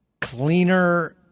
cleaner –